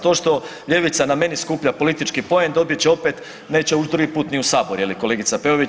To što ljevica na meni skuplja politički poen dobit će opet, neće ući drugi put ni u Sabor je li kolegica Peović.